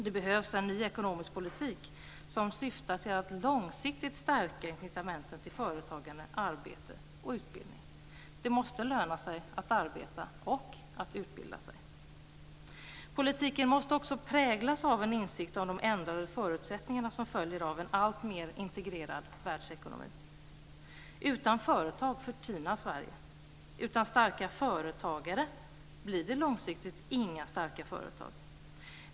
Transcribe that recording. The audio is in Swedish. Det behövs en ny ekonomisk politik som syftar till att långsiktigt stärka incitamenten till företagande, arbete och utbildning. Det måste löna sig att arbeta och att utbilda sig. Politiken måste också präglas av en insikt om de ändrade förutsättningar som följer av en alltmer integrerad världsekonomi. Utan företag förtvinar Sverige. Utan starka företagare blir det långsiktigt inga starka företag.